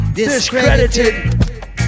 discredited